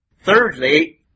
Thirdly